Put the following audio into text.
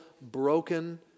broken